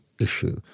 issue